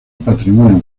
patrimonio